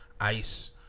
ICE